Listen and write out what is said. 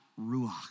ruach